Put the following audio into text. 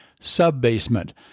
sub-basement